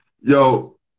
yo